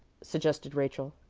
suggested rachel,